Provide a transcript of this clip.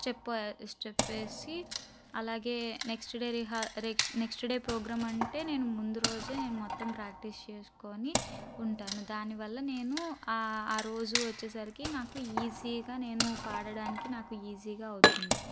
step step వేసి అలాగే next day రిహా నెక్స్ట్ డే ప్రోగ్రాం అంటే నేను ముందు రోజే నేను మొత్తం ప్రాక్టీస్ చేసుకొని ఉంటాను దానివల్ల నేను ఆ రోజు వచ్చే సరికి నాకు ఈజీగా నేను పాడడానికి నాకు ఈజీగా అవుతుంది